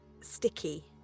sticky